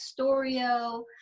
Storio